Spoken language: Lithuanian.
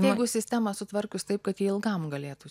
jeigu sistemą sutvarkius taip kad jie ilgam galėtų